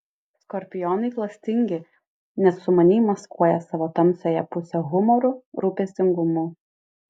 skorpionai klastingi nes sumaniai maskuoja savo tamsiąją pusę humoru rūpestingumu